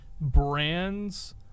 brands